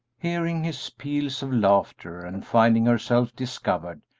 hearing his peals of laughter and finding herself discovered,